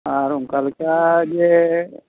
ᱟᱨ ᱚᱱᱠᱟᱞᱮᱠᱟ ᱡᱮ